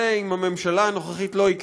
זה עם הממשלה הנוכחית לא יקרה.